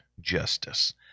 Justice